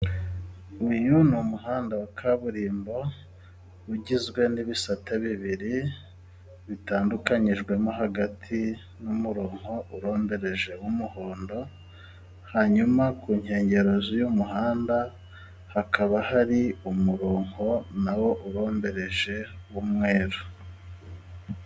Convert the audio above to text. Uyu ni umuhanda wa kaburimbo . Ugizwe n'ibisata bibiri ,bitandukanijwemo hagati n'umurongo urombereje w'umuhondo hanyuma ku nkengero z'uyu muhanda hakaba hari umurongo na wo uromberereje w'umweru.